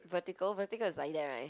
vertical vertical is like that right